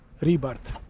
rebirth